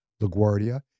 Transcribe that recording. LaGuardia